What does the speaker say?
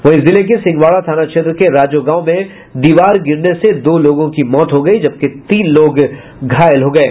वहीं जिले के सिंहवाड़ा थाना क्षेत्र के राजो गांव में एक अन्य घटना में दीवार गिरने से दो लोगों की मौत हो गयी जबकि तीन लोग घायल हो गये